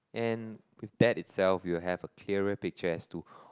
and with that itself you'll have a clearer picture as to